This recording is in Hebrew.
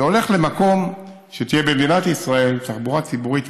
זה הולך למקום שתהיה במדינת ישראל תחבורה ציבורית מודרנית,